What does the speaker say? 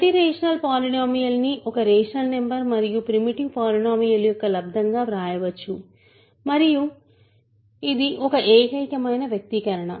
ప్రతి rational polynomial ని ఒక రేషనల్ నంబర్ మరియు ప్రిమిటివ్ పాలినోమియల్ యొక్క లబ్దంగా వ్రాయవచ్చు మరియు ఇది ఒక ఏకైకమైన వ్యక్తీకరణ